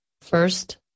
First